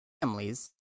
families